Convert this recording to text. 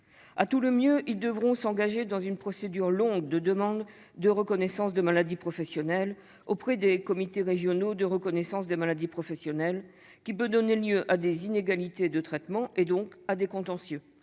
À tout le mieux, elles devront s'engager dans une procédure longue de demande de reconnaissance de maladie professionnelle auprès des comités régionaux de reconnaissance des maladies professionnelles, avec un risque d'inégalités de traitement et, donc, de contentieux.